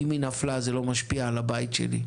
שאם היא נפלה אז זה לא משפיע על הבית שלי.